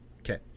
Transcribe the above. Okay